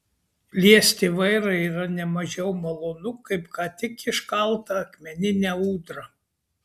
liesti vairą yra ne mažiau malonu kaip ką tik iškaltą akmeninę ūdrą